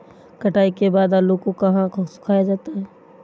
कटाई के बाद आलू को कहाँ सुखाया जाता है?